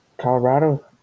Colorado